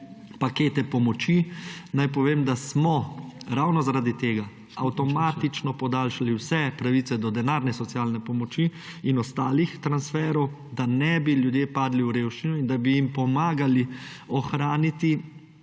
pakete pomoči. Naj povem, da smo ravno zaradi tega avtomatično podaljšali vse pravice do denarne socialne pomoči in ostalih transferov, da ne bi ljudje padli v revščino in da bi jim pomagali ohraniti